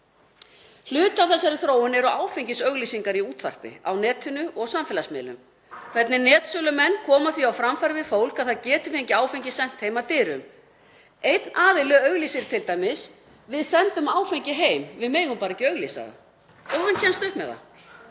Hluti af þessari þróun eru áfengisauglýsingar í útvarpi, á netinu og á samfélagsmiðlum, hvernig netsölumenn koma því á framfæri við fólk að það geti fengið áfengi sent heim að dyrum. Einn aðili auglýsir t.d.: Við sendum áfengi heim, við megum bara ekki auglýsa það. Og hann kemst upp með það.